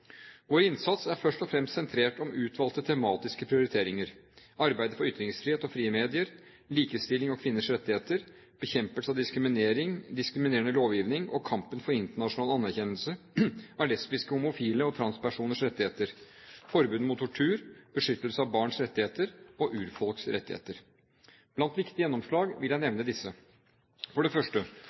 Vår innsats er først og fremst sentrert om utvalgte tematiske prioriteringer: arbeidet for ytringsfrihet og frie medier, likestilling og kvinners rettigheter, bekjempelse av diskriminerende lovgivning og kampen for internasjonal anerkjennelse av lesbiskes, homofiles og transpersoners rettigheter, forbudet mot tortur, beskyttelse av barns rettigheter og urfolks rettigheter. Blant viktige gjennomslag vil jeg nevne disse: For det første: